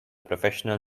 professional